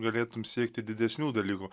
galėtum siekti didesnių dalykų